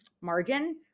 margin